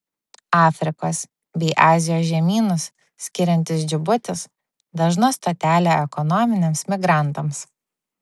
afrikos bei azijos žemynus skiriantis džibutis dažna stotelė ekonominiams migrantams